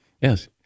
Yes